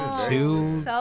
two